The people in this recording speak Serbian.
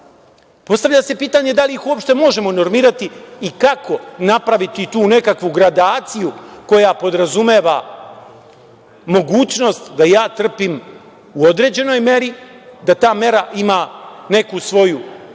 normirali. Postavlja se pitanje – da li ih uopšte možemo normirati i kako napraviti tu nekakvu gradaciju koja podrazumeva mogućnost da ja trpim u određenoj meri, da ta mera ima neku svoju